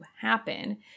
happen